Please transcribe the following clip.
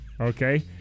Okay